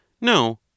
No